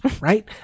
right